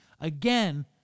Again